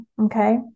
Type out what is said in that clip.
okay